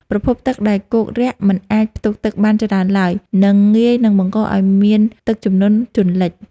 ប្រភពទឹកដែលគោករាក់មិនអាចផ្ទុកទឹកបានច្រើនឡើយ និងងាយនឹងបង្កឱ្យមានទឹកជំនន់ជន់លិច។